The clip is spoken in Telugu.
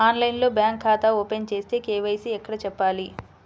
ఆన్లైన్లో బ్యాంకు ఖాతా ఓపెన్ చేస్తే, కే.వై.సి ఎక్కడ చెప్పాలి?